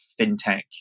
fintech